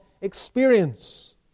experience